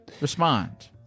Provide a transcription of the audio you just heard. respond